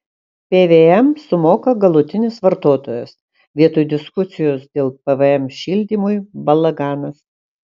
pvm sumoka galutinis vartotojas vietoj diskusijos dėl pvm šildymui balaganas